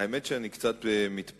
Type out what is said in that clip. האמת שאני קצת מתפלא.